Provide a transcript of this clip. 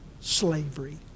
slavery